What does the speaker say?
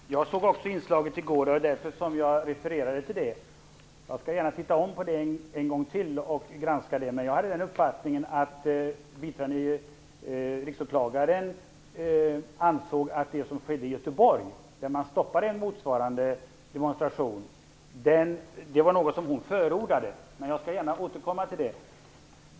Herr talman! Jag såg också inslaget i går. Det var därför jag refererade till det. Jag skall titta på det en gång till. Jag fick dock uppfattningen att det som skedde i Göteborg, där man stoppade en motsvarande demonstration, var något som biträdande riksåklagaren förordade.